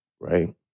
right